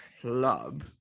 club